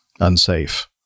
unsafe